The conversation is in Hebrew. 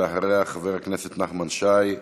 אחריה, חבר הכנסת נחמן שי,